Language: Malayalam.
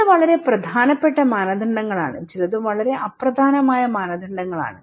ചിലത് വളരെ പ്രധാനപ്പെട്ട മാനദണ്ഡങ്ങളാണ് ചിലത് വളരെ അപ്രധാനമായ മാനദണ്ഡങ്ങളാണ്